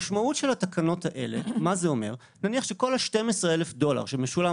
המשמעות של התקנות האלה נניח שכל ה-12,000 דולר שמשולמים